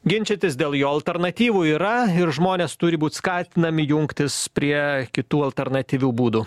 ginčytis dėl jo alternatyvų yra ir žmonės turi būt skatinami jungtis prie kitų alternatyvių būdų